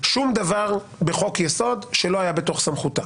שום דבר בחוק יסוד שלא היה בתוך סמכותה.